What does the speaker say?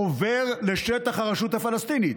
עובר לשטח הרשות הפלסטינית.